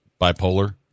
bipolar